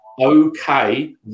okay